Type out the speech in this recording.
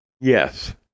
Yes